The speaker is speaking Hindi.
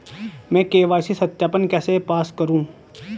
मैं के.वाई.सी सत्यापन कैसे पास करूँ?